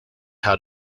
how